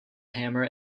hammer